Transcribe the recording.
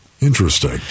interesting